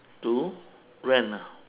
to rent ah